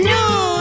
New